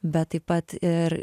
bet taip pat ir